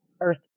earth